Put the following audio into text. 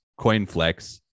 Coinflex